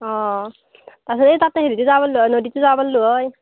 অ' তাৰপিছত এই ততে হেৰিতো যাব পাৰিলো হয় নদীতো যাব পাৰিলো হয়